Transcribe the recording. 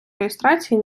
реєстрації